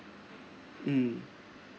mm